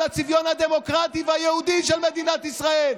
הצביון הדמוקרטי והיהודי של מדינת ישראל,